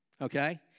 okay